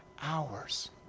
hours